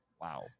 wow